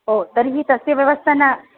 ओ तर्हि तस्य व्यवस्था न